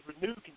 renewed